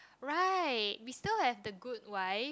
right we still have the good wife